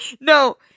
No